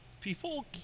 people